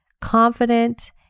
confident